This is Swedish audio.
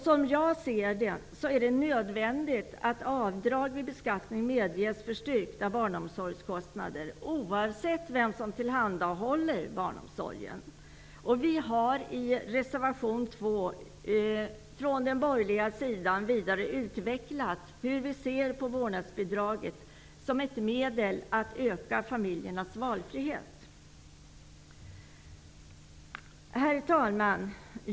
Som jag ser det är det nödvändigt att avdrag vid beskattning medges för styrkta barnomsorgskostnader, oavsett vem som tillhandahåller barnomsorgen. Vi har i reservation 2 från den borgerliga sidan vidare utvecklat hur vi ser på vårnadsbidraget som ett medel att öka familjernas valfrihet. Herr talman!